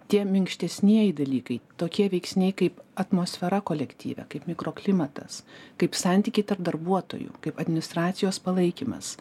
tie minkštesnieji dalykai tokie veiksniai kaip atmosfera kolektyve kaip mikroklimatas kaip santykiai tarp darbuotojų kaip administracijos palaikymas